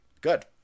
Good